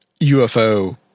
UFO